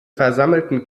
versammelten